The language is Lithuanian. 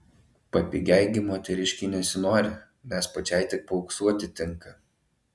papigiai gi moteriškei nesinori nes pačiai tik paauksuoti tinka